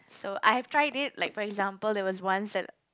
so I have tried it like for example there was once when